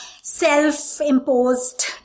self-imposed